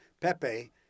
Pepe